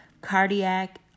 cardiac